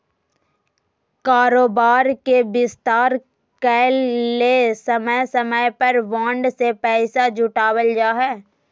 कारोबार के विस्तार करय ले समय समय पर बॉन्ड से पैसा जुटावल जा हइ